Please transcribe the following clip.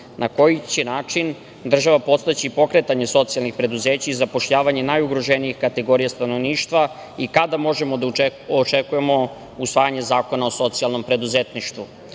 na koji će način država podstaći pokretanje socijalnih preduzeća i zapošljavanje najugroženijih kategorija stanovništva i kada možemo da očekujemo usvajanje zakona o socijalnom preduzetništvu?U